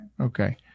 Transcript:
Okay